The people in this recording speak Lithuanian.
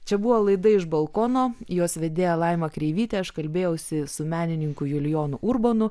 čia buvo laida iš balkono jos vedėja laima kreivytė aš kalbėjausi su menininku julijonu urbonu